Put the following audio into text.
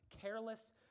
careless